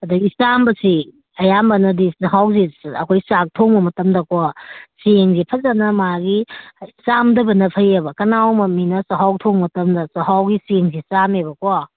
ꯑꯗꯒꯤ ꯆꯥꯝꯕꯁꯤ ꯑꯌꯥꯝꯕꯅꯗꯤ ꯆꯥꯛꯍꯥꯎꯁꯤ ꯑꯩꯈꯣꯏ ꯆꯥꯛ ꯊꯣꯡꯕ ꯃꯇꯝꯗꯀꯣ ꯆꯦꯡꯁꯤ ꯐꯖꯅ ꯃꯥꯒꯤ ꯆꯥꯝꯗꯕꯅ ꯐꯩꯌꯦꯕ ꯀꯅꯥꯒꯨꯝꯕ ꯃꯤꯅ ꯆꯥꯛꯍꯥꯎ ꯊꯣꯡꯕ ꯃꯇꯝꯗ ꯆꯥꯛꯍꯥꯎꯒꯤ ꯆꯦꯡꯁꯤ ꯆꯥꯝꯃꯦꯕꯀꯣ